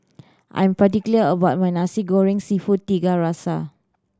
I'm particular about my Nasi Goreng Seafood Tiga Rasa